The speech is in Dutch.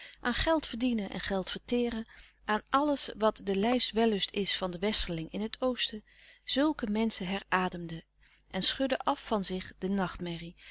aan geld verdienen en geld verteeren aan alles wat de lijfs wellust is van den westerling in het oosten zulke menschen louis couperus de stille kracht herademden en schudden af van zich de nachtmerrie